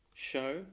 show